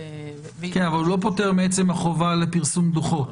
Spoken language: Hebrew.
כן, אבל הוא לא פוטר מעצם החובה לפרסום דוחות.